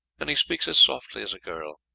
and he speaks as softly as a girl.